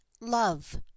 Love